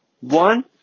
One